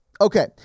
Okay